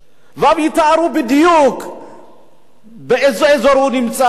ואז יתארו בדיוק באיזה אזור הוא נמצא,